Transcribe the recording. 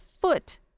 foot